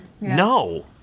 no